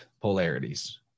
polarities